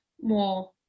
more